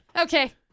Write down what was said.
Okay